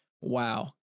wow